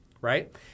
right